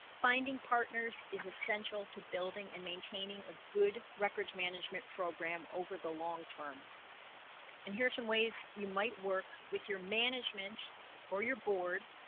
finding partners is essential to building and maintaining a good records management program over the long term and here are some ways you might work with your management or your board